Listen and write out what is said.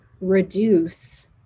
reduce